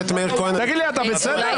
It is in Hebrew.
סימון, עוד שנייה הוויכוח הזה יתייתר.